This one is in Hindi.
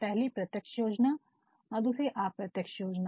पहले प्रत्यक्ष योजना और दूसरा अप्रत्यक्ष योजना